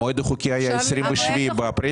המועד החוקי היה 27 באפריל?